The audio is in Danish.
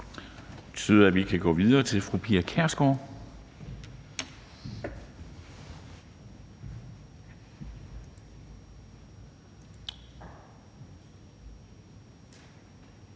Det betyder, at vi kan gå videre til fru Pia Kjærsgaard,